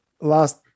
last